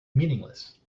meaningless